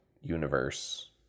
universe